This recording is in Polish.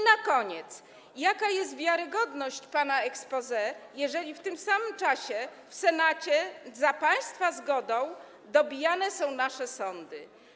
Na koniec: Jaka jest wiarygodność pana exposé, jeżeli w tym samym czasie w Senacie za państwa zgodą dobijane są nasze sądy?